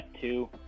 Two